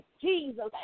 Jesus